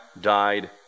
died